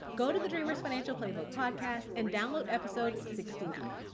go to the dreamers financial playbook podcast and download episode sixty nine.